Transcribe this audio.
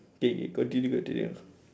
okay okay continue continue